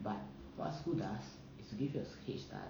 but what school does is to you give you a head start